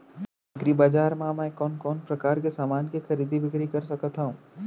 एग्रीबजार मा मैं कोन कोन परकार के समान के खरीदी बिक्री कर सकत हव?